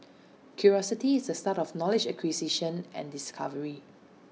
curiosity is the start of knowledge acquisition and discovery